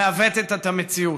המעוותות את המציאות.